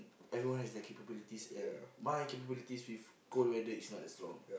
everyone has their capabilities and my capabilities with cold weather is not that strong